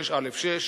6(א)(6),